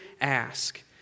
ask